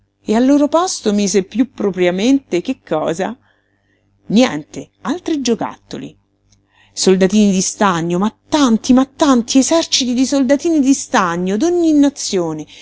e al loro posto mise piú propriamente che cosa niente altri giocattoli soldatini di stagno ma tanti ma tanti eserciti di soldatini di stagno d'ogni nazione